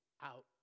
out